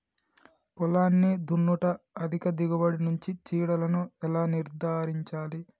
పొలాన్ని దున్నుట అధిక దిగుబడి నుండి చీడలను ఎలా నిర్ధారించాలి?